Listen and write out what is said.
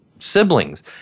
siblings